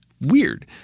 Weird